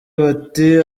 bati